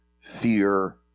fear